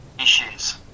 issues